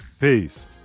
Peace